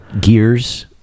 gears